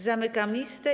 Zamykam listę.